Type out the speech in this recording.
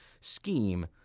scheme